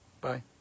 Bye